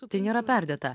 tai nėra perdėta